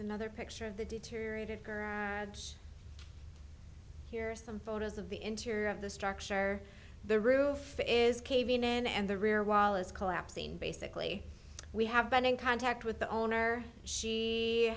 another picture of the deteriorated girl here some photos of the interior of the structure the roof is caving in and the rear wall is collapsing basically we have been in contact with the owner she